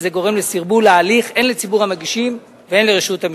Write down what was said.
וזה גורם לסרבול ההליך הן לציבור המגישים והן לרשות המסים.